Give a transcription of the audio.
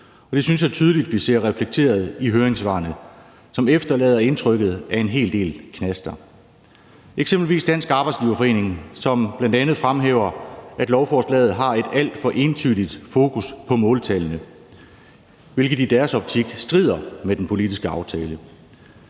det synes jeg tydeligt vi ser reflekteret i høringssvarene, som efterlader indtrykket af en hel del knaster – eksempelvis det fra Dansk Arbejdsgiverforening, som bl.a. fremhæver, at lovforslaget har et alt for entydigt fokus på måltallene, hvilket i deres optik strider med den politiske aftale.